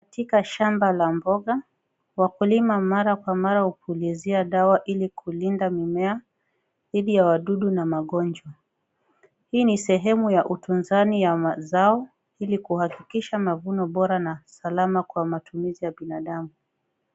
Katika shamba la mboga wakulima mara kwa mara hupulizia dawa ili kulinda mimea dhidi ya wadudu na magonjwa. Hii ni sehemu ya utunzaji ya mazao ili kuhakikisha mavuno bora na salama kwa matumizi ya binadamu.